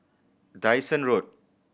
Dyson Road